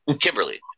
Kimberly